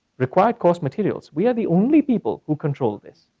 required course materials. we are the only people who control this.